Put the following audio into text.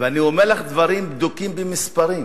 ואני אומר לך דברים בדוקים במספרים,